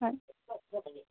হয়